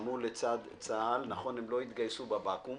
שנלחמו לצד צה"ל נכון, הם לא התגייסו בבקו"ם